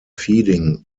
feeding